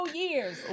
years